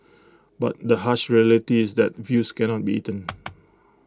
but the harsh reality is that views cannot be eaten